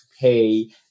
pay